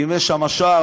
אם יש שם שער,